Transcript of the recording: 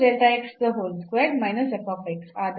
ಅಂದರೆ